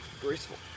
Graceful